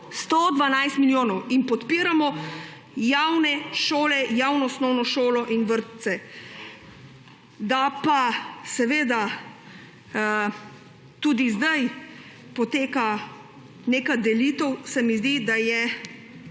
112 milijonov. Podpiramo javne šole, javno osnovno šolo in vrtce. Da pa tudi zdaj poteka neka delitev, se mi zdi, da je